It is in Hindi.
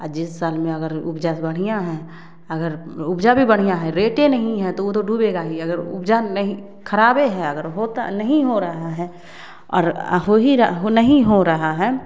जिस साल में अगर उपजा बढ़िया हैं अगर उपजा भी बढ़िया हैं रेटें नहीं हैं तो वो तो डूबेगा ही अगर उपजा नहीं खराब हैं अगर होता नहीं हो रहा हैं और हो ही रहा नहीं हो रहा हैं